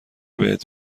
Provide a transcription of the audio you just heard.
بهت